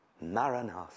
Maranatha